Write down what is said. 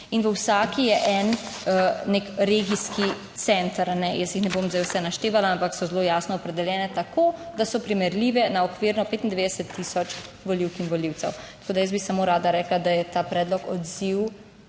in v vsaki je en nek regijski center. Jaz jih ne bom zdaj vse naštevala, ampak so zelo jasno opredeljene, tako da so primerljive na okvirno 95 tisoč volivk in volivcev. Tako da jaz bi samo rada rekla, da je ta predlog odziv